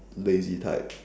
lazy type